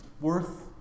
worth